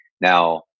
Now